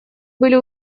были